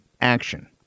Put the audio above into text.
action